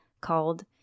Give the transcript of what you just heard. called